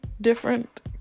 different